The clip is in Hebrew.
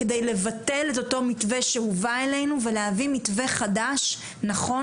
כדי לבטל את אותו מתווה שהובא אלינו ולהביא מתווה חדש נכון,